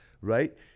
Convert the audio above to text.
right